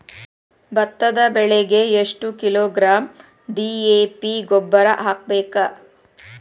ಭತ್ತದ ಬೆಳಿಗೆ ಎಷ್ಟ ಕಿಲೋಗ್ರಾಂ ಡಿ.ಎ.ಪಿ ಗೊಬ್ಬರ ಹಾಕ್ಬೇಕ?